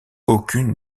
aucune